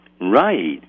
Right